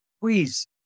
Please